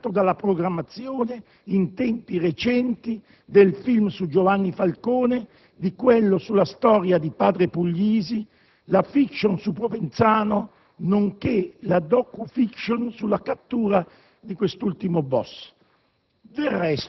come dimostrato dalla programmazione, in tempi recenti, del film su Giovanni Falcone, di quello sulla storia di Padre Puglisi, della *fiction* su Provenzano, nonché della «*docufiction*» sulla cattura di quest'ultimo *boss*.